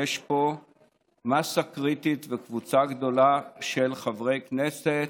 יש פה מאסה קריטית וקבוצה גדולה של חברי כנסת